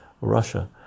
Russia